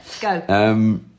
Go